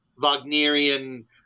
Wagnerian